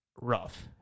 rough